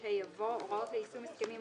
135ה יבוא: "הוראות ליישום הסכמים,